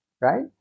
right